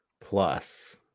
plus